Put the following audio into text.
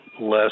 less